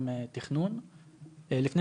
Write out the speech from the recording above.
רמ"י בא ונוגע ממש באדמות שלנו,